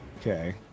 Okay